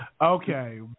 Okay